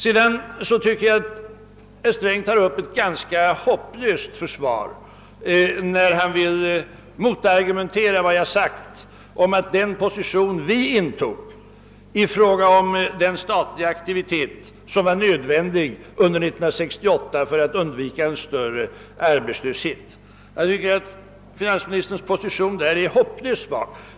Vidare tycker jag att herr Sträng tar upp ett ganska hopplöst försvar när han vill argumentera mot vad jag sagt om den hållning vi intog när det gällde den statliga aktivitet som var nödvändig under 1968 för att undvika en större arbetslöshet. Finansministerns position härvidlag är svag.